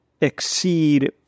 exceed